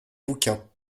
bouquins